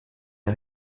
des